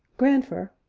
grandfer,